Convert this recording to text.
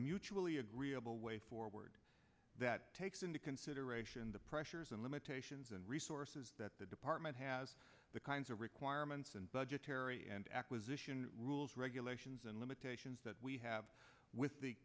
mutually agreeable way forward that takes into consideration the pressures and limitations and resources that the department has the kinds of requirements and budgetary and acquisition rules regulations and limitations that we have with the